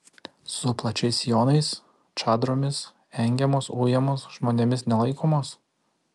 su plačiais sijonais čadromis engiamos ujamos žmonėmis nelaikomos